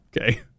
Okay